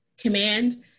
command